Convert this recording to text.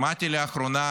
שמעתי לאחרונה